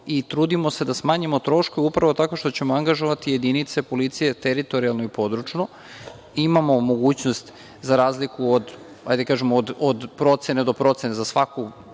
I trudimo se da smanjimo troškove upravo tako što ćemo angažovati jedinice policije teritorijalno i područno. Imamo mogućnost, za razliku od, da kažemo, od procene do procene, za svaku